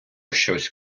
щось